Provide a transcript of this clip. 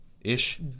ish